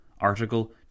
Article